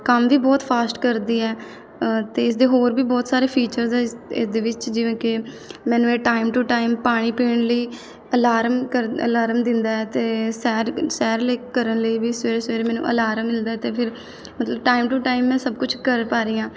ਕੰਮ ਵੀ ਬਹੁਤ ਫਾਸਟ ਕਰਦੀ ਹੈ ਅਤੇ ਇਸਦੇ ਹੋਰ ਵੀ ਬਹੁਤ ਸਾਰੇ ਫੀਚਰਸ ਹੈ ਇਸ ਇਸਦੇ ਵਿੱਚ ਜਿਵੇਂ ਕਿ ਮੈਨੂੰ ਇਹ ਟਾਈਮ ਟੂ ਟਾਈਮ ਪਾਣੀ ਪੀਣ ਲਈ ਅਲਾਰਮ ਕਰ ਅਲਾਰਮ ਦਿੰਦਾ ਅਤੇ ਸੈਰ ਸੈਰ ਲਈ ਕਰਨ ਲਈ ਵੀ ਸਵੇਰੇ ਸਵੇਰੇ ਮੈਨੂੰ ਅਲਾਰਮ ਮਿਲਦਾ ਅਤੇ ਫਿਰ ਮਤਲਬ ਟਾਈਮ ਟੂ ਟਾਈਮ ਮੈਂ ਸਭ ਕੁਛ ਕਰ ਪਾ ਰਹੀ ਹਾਂ